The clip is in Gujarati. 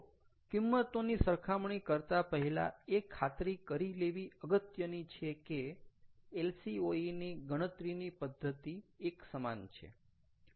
તો કિંમતોની સરખામણી કરતા પહેલા એ ખાતરી કરી લેવી અગત્યની છે કે LCOEની ગણતરીની પદ્ધતિ એકસમાન છે